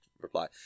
reply